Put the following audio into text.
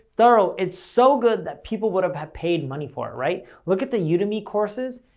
thorough, it's so good that people would've had paid money for it, right? look at the yeah udemy courses,